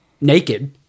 naked